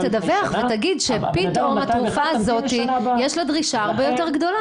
אז תדווח ותגיד שפתאום יש לתרופה הזאת דרישה הרבה יותר גדולה.